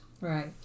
Right